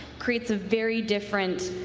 creates a very different